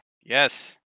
yes